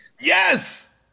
yes